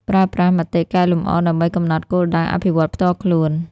ប្រើប្រាស់មតិកែលម្អដើម្បីកំណត់គោលដៅអភិវឌ្ឍន៍ផ្ទាល់ខ្លួន។